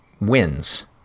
wins